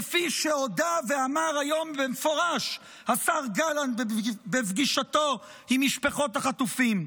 כפי שהודה ואמר היום במפורש השר גלנט בפגישתו עם משפחות החטופים?